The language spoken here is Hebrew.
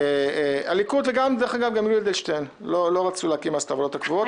הליכוד וגם יולי אדלשטיין לא רצו להקים את הוועדות הקבועות.